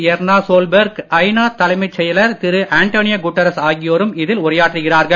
எர்னா Solberg ஐ நா தலைமைச் செயலர் திரு அண்டோனியோ குட்டரேஸ் ஆகியோரும் இதில் உரையாற்றுகிறார்கள்